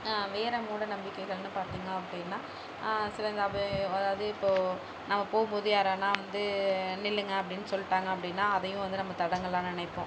வேறு மூடநம்பிக்கைகள்னு பார்த்தீங்க அப்படின்னா சிலதாவே அதாவது இப்போது நம்ம போகும் போது யாரான்னா வந்து நில்லுங்க அப்படின்னு சொல்லிட்டாங்க அப்படின்னா அதையும் வந்து நம்ம தடங்கலாக நினைப்போம்